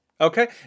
Okay